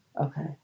Okay